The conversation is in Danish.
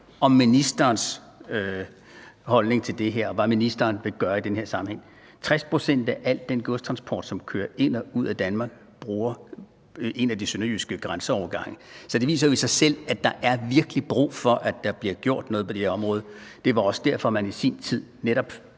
om ministerens holdning til det her, altså hvad ministeren vil gøre i den her sammenhæng. 60 pct. af al den godstransport, som kører ind og ud af Danmark, bruger en af de sønderjyske grænseovergange. Så det viser jo i sig selv, at der virkelig er brug for, at der bliver gjort noget på det her område. Det var også derfor, at man i sin tid netop